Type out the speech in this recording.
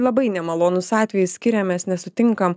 labai nemalonūs atvejai skiriamės nesutinkam